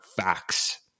facts